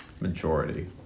Majority